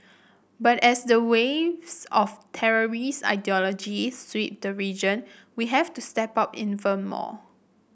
but as the waves of terrorist ideology sweep the region we have to step up even more